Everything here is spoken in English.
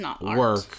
work